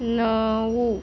नऊ